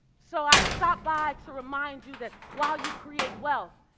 so i stop by to remind you that while you create wealth,